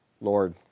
Lord